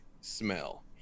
smell